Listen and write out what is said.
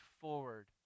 forward